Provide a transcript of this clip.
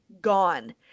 gone